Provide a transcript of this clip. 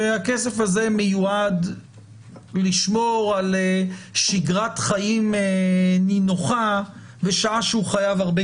והכסף הזה מיועד לשמור על שגרת חיים נינוחה בשעה שהוא חייב הרבה